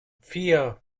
vier